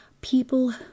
people